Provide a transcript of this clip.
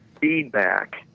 feedback